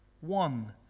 One